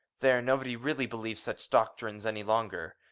there, nobody really believes such doctrines any longer.